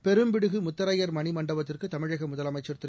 பெரும்பிடுகு முத்தரையர் மணி மண்டபத்திற்கு தமிழக முதலமைச்சர் திரு